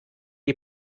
die